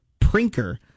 prinker